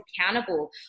accountable